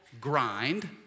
grind